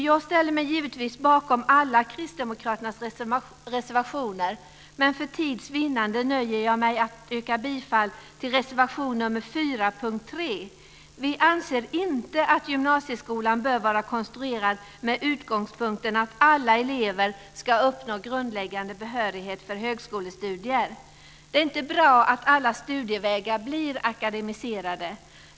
Jag ställer mig givetvis bakom alla Kristdemokraternas reservationer, men för tids vinnande nöjer jag mig med att yrka bifall till reservation nr 4, punkt Vi anser inte att gymnasieskolan bör vara konstruerad med utgångspunkten att alla elever ska uppnå grundläggande behörighet för högskolestudier. Det är inte bra att alla studievägar blir "akademiserade".